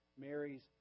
Mary's